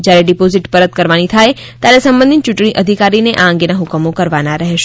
જ્યારે ડિપોઝીટ પરત કરવાની થાય ત્યારે સંબંધિત યૂંટણી અધિકારીએ આ અંગેના હુકમો કરવાના રહેશે